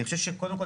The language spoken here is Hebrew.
אני חושב שקודם כול,